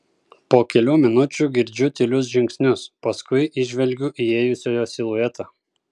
po kelių minučių girdžiu tylius žingsnius paskui įžvelgiu įėjusiojo siluetą